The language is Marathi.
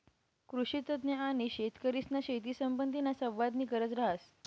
कृषीतज्ञ आणि शेतकरीसमा शेतीसंबंधीना संवादनी गरज रहास